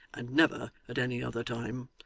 and never at any other time!